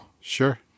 Sure